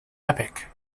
epic